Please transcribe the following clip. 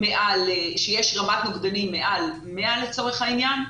שיש רמת נוגדנים מעל 100 לצורך העניין,